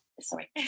sorry